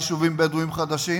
יישובים בדואיים חדשים?